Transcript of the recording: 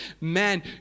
man